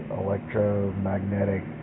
electromagnetic